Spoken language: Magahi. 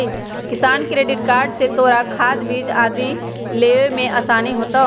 किसान क्रेडिट कार्ड से तोरा खाद, बीज आदि लेवे में आसानी होतउ